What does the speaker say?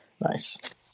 nice